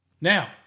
Now